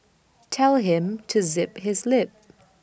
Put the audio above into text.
tell him to zip his lip